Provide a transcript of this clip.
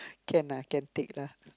can lah can take lah